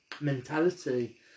mentality